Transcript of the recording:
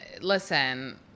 listen